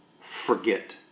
forget